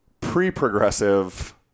pre-progressive